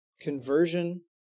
conversion